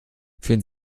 führen